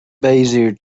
bezier